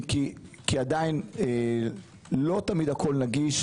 כי עדיין לא תמיד הכול נגיש,